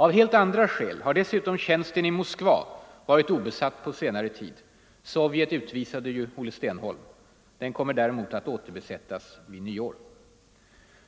Av helt andra skäl har dessutom tjänsten i Moskva varit obesatt på senare tid; Sovjet utvisade ju Olle Stenholm. Den kommer däremot att återbesättas vid nyår.